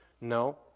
No